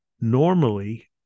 normally